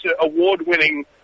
award-winning